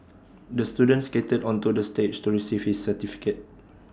the student skated onto the stage to receive his certificate